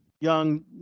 young